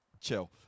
chill